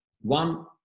one